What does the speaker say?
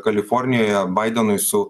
kalifornijoje baidenui su